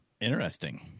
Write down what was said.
Interesting